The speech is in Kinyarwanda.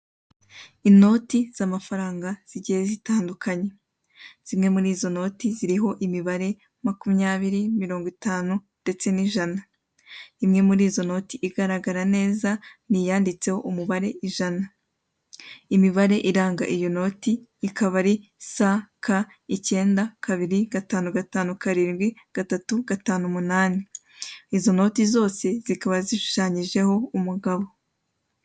Inoti z'amafaranga zigiye zitandukanye. Zimwe muri izo noti ziriho imibare makumyabiri, mirongo itanu, ndetse n'ijana. Imwe muri izo noti igaragara neza ni iyanditseho umubare ijana. Imibare iranga iyo noti ikaba ari sa, ka, icyenda, kabiri, gatanu gatanu, karindwi, gatatu, gatanu, umunani. Izo noti zose zikaba zishushanyijeho umugabo.